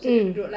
mm